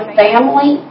family